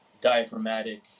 diaphragmatic